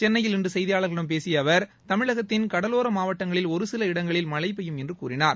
சென்னையில் இன்றுசெய்தியாளர்களிடம் பேசியஅவர் தமிழகத்தின் கடலோரமாவட்டங்களில் ஒருசில இடங்களில் மழைபெய்யும் என்றுகூறினார்